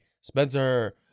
Spencer